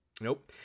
Nope